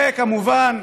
וכמובן,